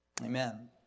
amen